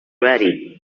ready